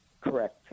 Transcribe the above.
correct